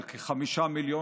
על כחמישה מיליון,